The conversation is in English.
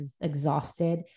exhausted